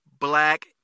Black